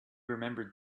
remembered